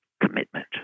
Commitment